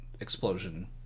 explosion